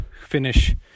finish